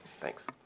Thanks